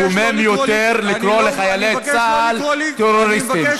מקומם יותר לקרוא לחיילי צה"ל טרוריסטים.